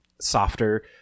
softer